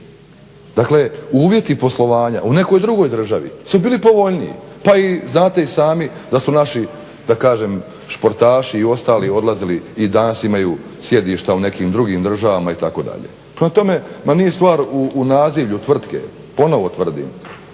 Dakle uvjeti poslovanja u nekoj drugoj državi su bili povoljniji pa i znate i sami da su naši sportaši i ostali odlazili i danas imaju sjedišta u nekim drugim državama itd. Prema tome, ma nije stvar u nazivlju tvrtke, ponovo tvrdim